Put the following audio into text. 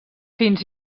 fins